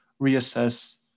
reassess